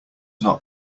not